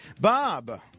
Bob